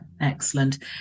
Excellent